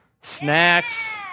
snacks